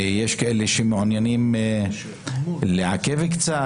יש כאלה שמעוניינים לעכב קצת,